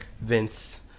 Vince